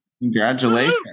congratulations